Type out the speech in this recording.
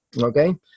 Okay